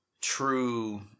true